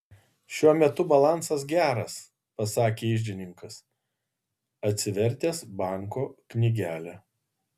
šiuo metu balansas geras pasakė iždininkas atsivertęs banko knygelę